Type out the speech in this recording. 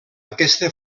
aquesta